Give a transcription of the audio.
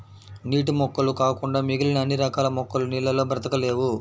నీటి మొక్కలు కాకుండా మిగిలిన అన్ని రకాల మొక్కలు నీళ్ళల్లో బ్రతకలేవు